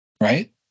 right